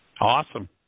Awesome